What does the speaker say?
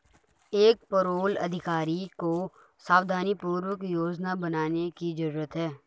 एक पेरोल अधिकारी को सावधानीपूर्वक योजना बनाने की जरूरत है